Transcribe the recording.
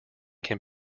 can